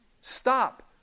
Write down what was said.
stop